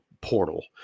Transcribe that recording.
portal